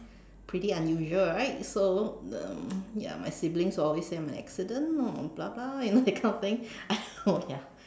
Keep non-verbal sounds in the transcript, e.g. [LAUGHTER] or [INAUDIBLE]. pretty unusual right so um ya my siblings always say I'm an accident or blah blah you know that kind of thing [LAUGHS] I don't know ya